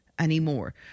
anymore